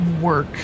work